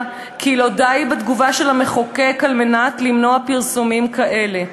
כי לא די בתגובה של המחוקק כדי למנוע פרסומים כאלה.